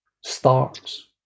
starts